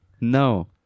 no